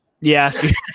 Yes